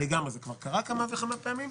זה כבר קרה כמה וכמה פעמים.